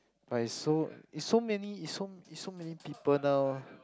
but is so is so many is so is so many people now